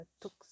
took